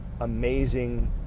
amazing